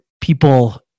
people